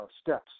steps